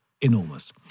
enormous